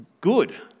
good